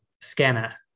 scanner